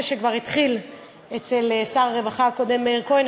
שכבר התחיל אצל שר הרווחה הקודם מאיר כהן,